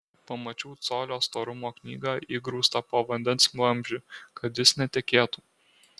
pamačiau colio storumo knygą įgrūstą po vandens vamzdžiu kad jis netekėtų